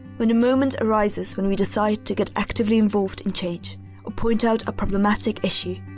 when the moment arises when we decide to get actively involved in change or point out a problematic issue,